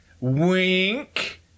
wink